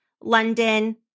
London